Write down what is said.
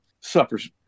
suffers